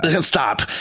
Stop